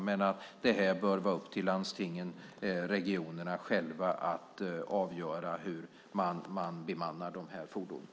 Men det bör vara upp till landstingen och regionerna själva att avgöra hur man bemannar de här fordonen.